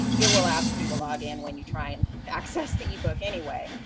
it will ask you to log in when you try and access the e-book anyway.